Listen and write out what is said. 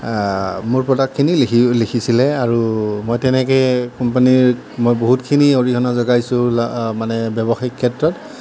মোৰ প্ৰডাক্টখিনি লিখিও লিখিছিল আৰু মই তেনেকৈ কোম্পানীৰ মই বহুতখিনি অৰিহণা যোগাইছোঁ মানে ব্যৱসায়িক ক্ষেত্ৰত